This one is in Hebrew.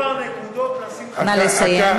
יש כבר נקודות, נא לסיים.